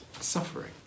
suffering